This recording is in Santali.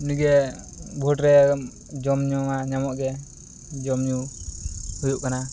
ᱩᱱᱤᱜᱮ ᱵᱷᱳᱴ ᱨᱮ ᱡᱚᱢ ᱧᱩᱢᱟ ᱧᱟᱢᱚᱜ ᱜᱮ ᱡᱚᱢᱼᱧᱩ ᱦᱩᱭᱩᱜ ᱠᱟᱱᱟ